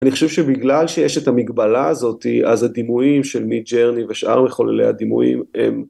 אני חושב שבגלל שיש את המגבלה הזאת, אז הדימויים של מידג'רני ושאר מחוללי הדימויים הם